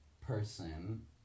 person